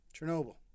Chernobyl